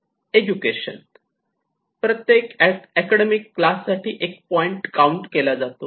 education प्रत्येक academic class साठी एक पॉईंट काउंट केला जातो